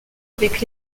avec